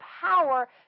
power